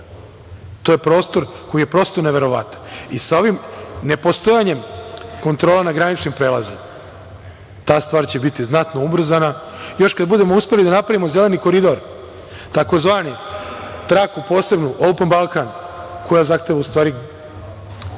To je prostor, koji je prosto neverovatan. Sa ovim nepostojanjem kontrola na graničnim prelazima, ta stvar će biti znatno ubrzana. Još kada budemo uspeli da napravimo zeleni koridor, tzv. traku posebnu „Open Balkan“. To je jedan